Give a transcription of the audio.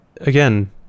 again